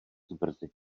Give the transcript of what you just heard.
brzy